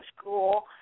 school